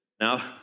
Now